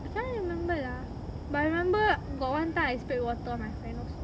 I can't remember lah but I remember got one time I sprayed water on my friend also